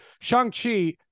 Shang-Chi